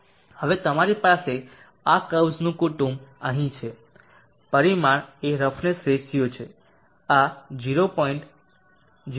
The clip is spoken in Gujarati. હવે તમારી પાસે આ કર્વ્સનું કુટુંબ અહીં છે પરિમાણ એ રફનેસ રેશિયો છે આ 0